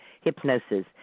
hypnosis